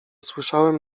słyszałem